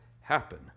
happen